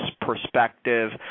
perspective